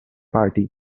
party